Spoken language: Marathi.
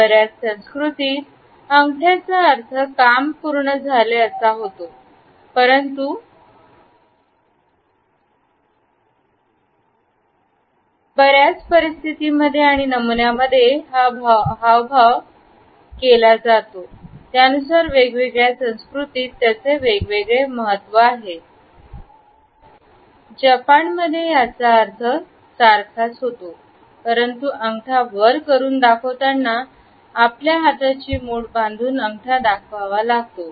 बऱ्याच संस्कृतीत अंगठ्या चा अर्थ काम पूर्ण झाले असा होतो परंतु परिस्थितीमध्ये किंवा नमुन्यामध्ये हावभाव केला जातो त्यानुसार वेगवेगळ्या संस्कृतीत त्याचे वेगवेगळे महत्व आणि अर्थ आहेत जपान मध्ये याचा अर्थ सारखाच होतो परंतु अंगठा वर करून दाखवताना आपल्या हाताची मुठ बांधून अंगठा दाखवावा लागतो